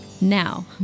Now